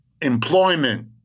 employment